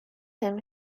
him